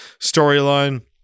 storyline